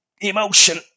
Emotion